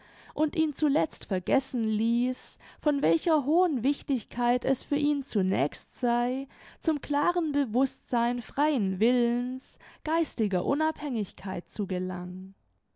und ihn zuletzt vergessen ließ von welcher hohen wichtigkeit es für ihn zunächst sei zum klaren bewußtsein freien willens geistiger unabhängigkeit zu gelangen